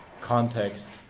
context